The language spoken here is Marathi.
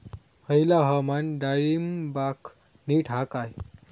हयला हवामान डाळींबाक नीट हा काय?